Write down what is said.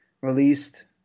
released